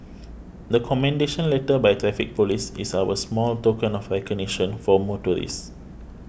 the commendation letter by Traffic Police is our small token of recognition for motorists